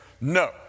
No